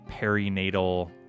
perinatal